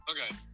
Okay